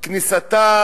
כניסתה